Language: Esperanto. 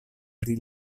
pri